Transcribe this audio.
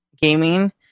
gaming